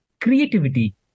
creativity